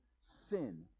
sin